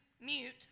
mute